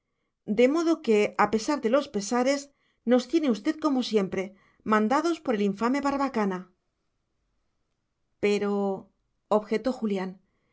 de modo que a pesar de los pesares nos tiene usted como siempre mandados por el infame barbacana